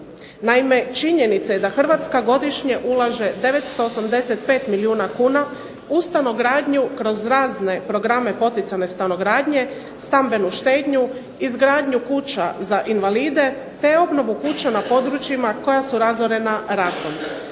Naime činjenice da Hrvatska godišnje ulaže 985 milijuna kuna u stanogradnju kroz razne programe poticane stanogradnje, stambenu štednju, izgradnju kuća za invalide, te obnovu kuća na područjima koja su razorena ratom.